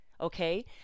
Okay